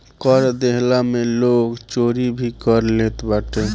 कर देहला में लोग चोरी भी कर लेत बाटे